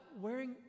wearing